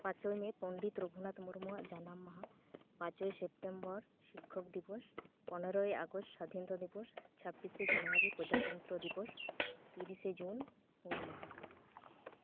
ᱯᱟᱸᱪᱚᱭ ᱢᱮ ᱯᱚᱱᱰᱤᱛ ᱨᱚᱜᱷᱩᱱᱟᱛᱷ ᱢᱩᱨᱢᱩᱣᱟᱜ ᱡᱟᱱᱟᱢ ᱢᱟᱦᱟ ᱯᱟᱸᱪᱚᱭ ᱥᱮᱯᱴᱮᱢᱵᱚᱨ ᱥᱤᱠᱠᱷᱚᱠ ᱫᱤᱵᱚᱥ ᱯᱚᱱᱨᱚᱭ ᱟᱜᱚᱥᱴ ᱥᱟᱫᱷᱤᱱᱚᱛᱟ ᱫᱤᱵᱚᱥ ᱪᱷᱟᱵᱵᱤᱥᱮ ᱡᱟᱱᱩᱣᱟᱨᱤ ᱯᱨᱚᱡᱟᱛᱚᱱᱛᱨᱚ ᱫᱤᱵᱚᱥ ᱛᱤᱨᱤᱥᱮ ᱡᱩᱱ ᱦᱩᱞᱢᱟᱦᱟ